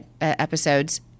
episodes –